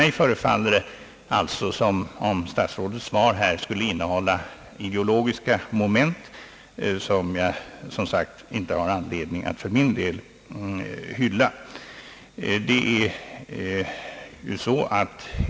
Mig förefaller det som om statsrådets svar skulle innehålla ideologiska moment som jag inte har anledning att för min del hylla.